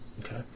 Okay